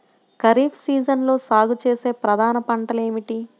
ఖరీఫ్ సీజన్లో సాగుచేసే ప్రధాన పంటలు ఏమిటీ?